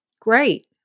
Great